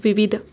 विविध